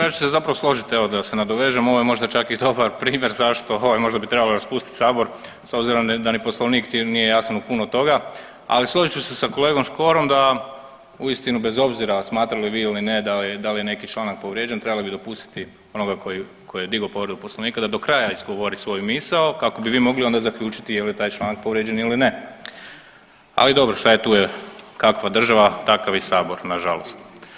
Ja ću se zapravo složit evo da se nadovežem, ovo je možda čak i dobar primjer zašto ovaj bi trebalo raspustit sabor s obzirom da ni u Poslovniku nije jasno puno toga, ali složit ću se sa kolegom Škorom da uistinu bez obzira smatrali vi ili ne da li je neki članak povrijeđen trebali bi dopustiti onoga ko je, ko je digao povredu Poslovnika da do kraja izgovori svoju misao kako bi vi mogli onda zaključiti jel je taj članak povrijeđen ili ne, ali dobro šta je tu je, kakva država takav i sabor nažalost.